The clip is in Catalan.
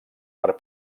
per